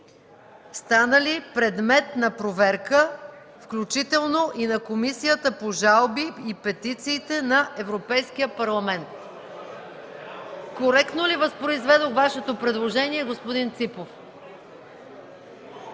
станали предмет на проверка включително и на Комисията по жалбите и петициите на Европейския парламент”. Коректно ли възпроизведох Вашето предложение, господин Ципов?